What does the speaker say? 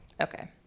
okay